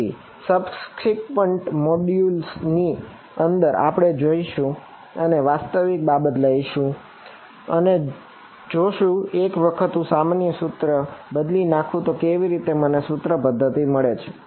તેથી subsequent modules ની અંદર આપણે જઈશું અને વાસ્તવિક બાબત લઈશું અને જોશું કે એક વખત હું સામાન્ય સૂત્રોને બદલી નાખું તો કેવી રીતે મને સૂત્રોની પદ્ધતિ મળે છે